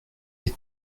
est